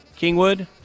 Kingwood